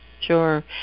Sure